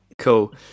cool